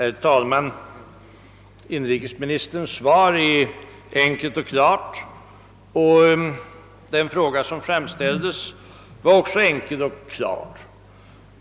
Herr talman! Inrikesministerns svar är enkelt och klart, och den framställda frågan var också enkel och klar.